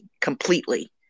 completely